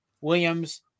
Williams